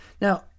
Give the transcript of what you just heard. Now